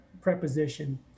preposition